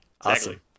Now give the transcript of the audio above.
Awesome